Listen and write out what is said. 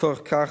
לצורך כך,